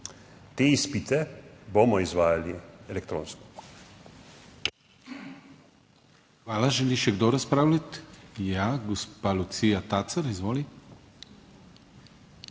te izpite bomo izvajali elektronsko.